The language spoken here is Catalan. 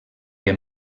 que